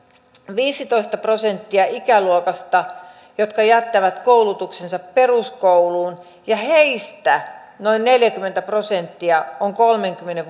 viisitoista prosenttia ikäluokasta joka jättää koulutuksensa peruskouluun ja heistä noin neljäkymmentä prosenttia on kolmenkymmenen